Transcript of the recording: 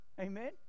Amen